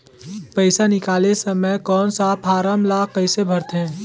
पइसा निकाले समय कौन सा फारम ला कइसे भरते?